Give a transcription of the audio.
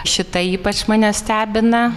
šita ypač mane stebina